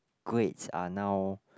grades are now